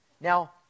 Now